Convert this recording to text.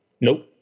Nope